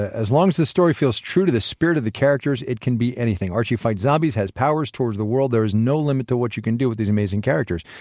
ah as long as the story feels true to the spirit of the characters, it can be anything. archie fights zombies, has powers towards world, there is no limit to what you can do with these amazing characters.